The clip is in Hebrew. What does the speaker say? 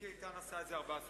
מיקי איתן עשה את זה 14 שעות.